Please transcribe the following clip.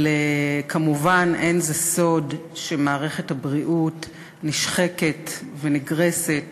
אבל כמובן אין זה סוד שמערכת הבריאות נשחקת ונגרסת